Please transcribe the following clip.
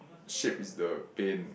shape is the pane